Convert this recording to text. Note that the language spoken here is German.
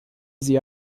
sie